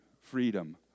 Freedom